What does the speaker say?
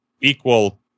equal